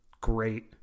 great